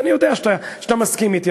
אני יודע שאתה מסכים אתי.